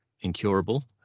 incurable